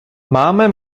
máme